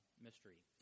mystery